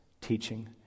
teaching